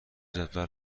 جدول